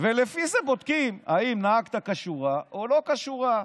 ולפי זה בודקים אם נהגת כשורה או לא כשורה.